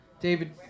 David